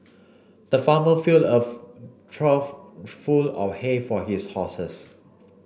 the farmer filled of trough full of hay for his horses